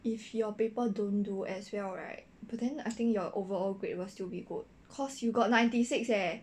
if your paper don't do as well right but then I think your overall grade will still be good cause you got ninety six leh